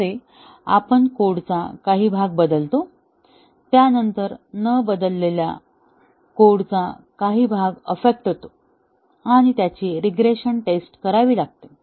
जसे आपण कोडचा काही भाग बदलतो त्यानंतर न बदललेल्या कोडचा काही भाग अफ्फेक्ट होतो आणि त्यांची रीग्रेशन टेस्ट करावी लागते